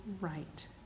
right